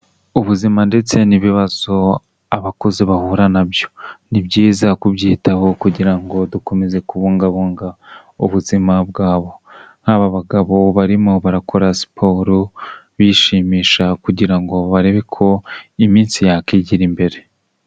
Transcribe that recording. Ubuzima ndetse n'ibibazo abakozize bahura na byo ni byiza kubyitaho kugira ngo dukomeze kubungabunga ubuzima bwabo nkaaba bagabo barimo barakora siporo bishimisha kugira ngo barebe ko iminsi yakwigira imbere.